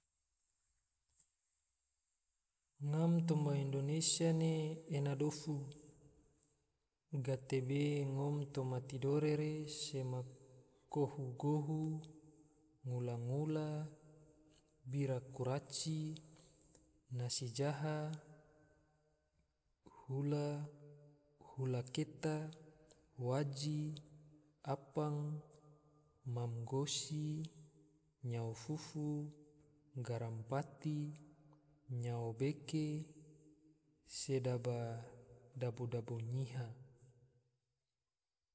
Ngom toma indonesia ne ena dofu, gatebe ngom toma tidore re sema gohu, ngula-ngula, bira kuraci, nasi jaha, hula, hula keta, waji, apang, mam gosi, nyao fufu, garampati, nyao beke, sedaba dabu-dabu nyiha